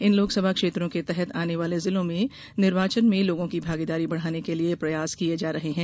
इन लोकसभा क्षेत्रों के तहत आने वाले जिलो में निर्वाचन में लोगों की भागीदारी बढाने के लिये प्रयास किये जा रहे है